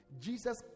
Jesus